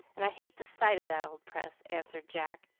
and i hate the sight of that old press, answered jack,